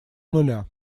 нуля